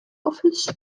office